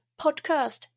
podcast